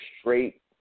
straight